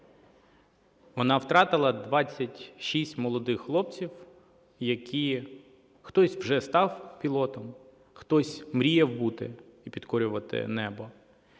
Вона втратила 26 молодих хлопців, які... хтось вже став пілотом, хтось мріяв бути, підкорювати небо.